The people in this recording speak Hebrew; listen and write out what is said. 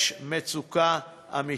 יש מצוקה אמיתית.